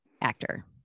actor